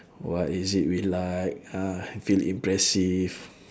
what is it we like ah feel impressive